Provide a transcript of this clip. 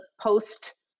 post